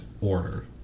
order